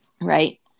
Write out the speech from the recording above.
Right